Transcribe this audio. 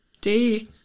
Day